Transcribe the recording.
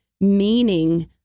meaning